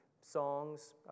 songs